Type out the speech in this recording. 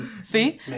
see